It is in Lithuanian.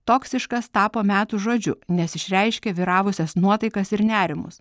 toksiškas tapo metų žodžiu nes išreiškia vyravusias nuotaikas ir nerimus